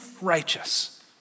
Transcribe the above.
righteous